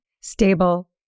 stable